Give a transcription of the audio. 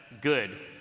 good